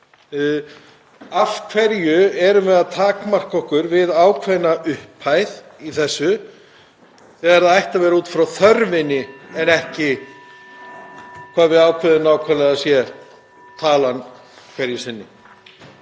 Af hverju erum við að takmarka okkur við ákveðna upphæð í þessu þegar það ætti að vera út frá þörfinni en ekki hvað við ákveðum nákvæmlega að talan sé hverju sinni?